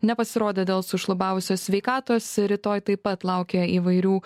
nepasirodė dėl sušlubavusios sveikatos rytoj taip pat laukia įvairių